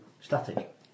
static